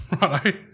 Right